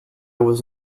was